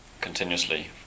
continuously